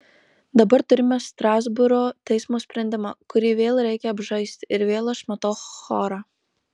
dabar turime strasbūro teismo sprendimą kurį vėl reikia apžaisti ir vėl aš matau chorą